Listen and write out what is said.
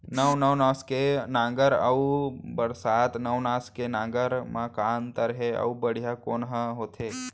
नौ नवनास के नांगर अऊ बरसात नवनास के नांगर मा का अन्तर हे अऊ बढ़िया कोन हर होथे?